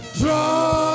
draw